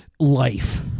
life